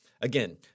Again